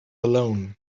alone